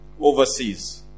overseas